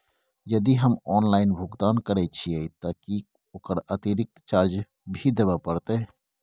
यदि हम ऑनलाइन भुगतान करे छिये त की ओकर अतिरिक्त चार्ज भी देबे परतै?